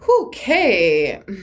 Okay